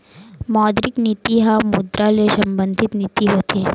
मौद्रिक नीति ह मुद्रा ले संबंधित नीति होथे